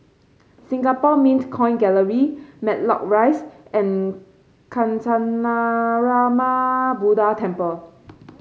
Singapore Mint Coin Gallery Matlock Rise and Kancanarama Buddha Temple